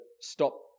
stop